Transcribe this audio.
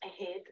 ahead